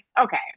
okay